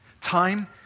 Time